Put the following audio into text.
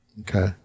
Okay